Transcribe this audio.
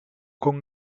con